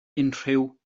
unrhyw